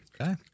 Okay